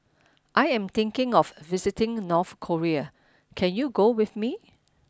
I am thinking of visiting North Korea can you go with me